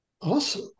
Awesome